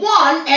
one